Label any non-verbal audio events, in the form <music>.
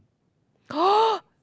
<noise>